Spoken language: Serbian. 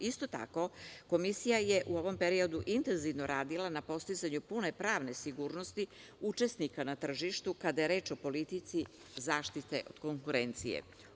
Isto tako Komisija je u ovom periodu intenzivno radila na postizanju pune pravne sigurnosti učesnika na tržištu kada je reč o politici zaštite od konkurencije.